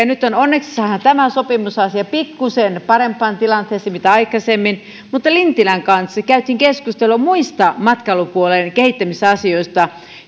nyt saadaan tämä sopimusasia pikkusen parempaan tilanteeseen mitä aikaisemmin lintilän kanssa käytiin keskustelua muista matkailupuolen kehittämisasioista